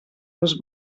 els